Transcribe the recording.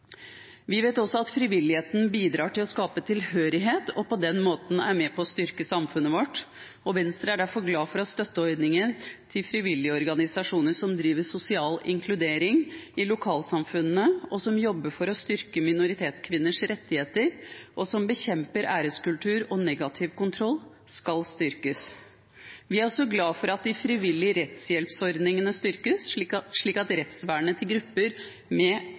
Vi vet også at frivilligheten bidrar til å skape tilhørighet og på den måten er med på å styrke samfunnet vårt, og Venstre er derfor glad for at støtteordninger til frivillige organisasjoner som driver sosial inkludering i lokalsamfunnene, som jobber for å styrke minoritetskvinners rettigheter, og som bekjemper æreskultur og negativ kontroll, skal styrkes. Vi er også glad for at de frivillige rettshjelpsordningene styrkes, slik at rettsvernet til grupper